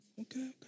Okay